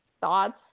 thoughts